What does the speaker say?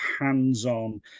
hands-on